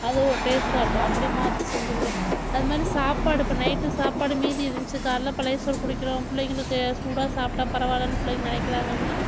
அது ஒரு டேஸ்ட்டாி இருக்கும் அப்படி மாற்றி செஞ்சுருவேன் அதே மாதிரி சாப்பாடு இப்போ நைட்டு சாப்பாடு மீதி இருந்துச்சு காலையில் பழைய சோறு குடிக்கிறோம் பிள்ளைங்களுக்கு சூடாக சாப்பிட்டா பரவாயில்லனு பிள்ளைங்க நினைக்குறாங்க அப்படினா